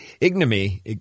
ignominy